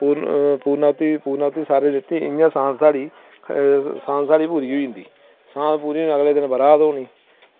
पुर्ण पुर्ण आहुति पुर्ण आहुति सारें दित्ती इं'या सांत साढ़ी सांत साढ़ी पूरी होई जंदी सांत पूरी होने दे अगले दिन बरात होनी